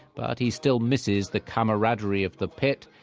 but he still misses the camaraderie of the pit,